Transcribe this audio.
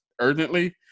urgently